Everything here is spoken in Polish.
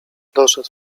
doszedł